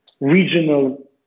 regional